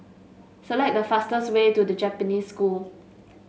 select the fastest way to The Japanese School